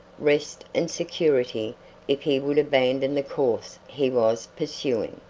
rest and security if he would abandon the course he was pursuing.